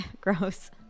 Gross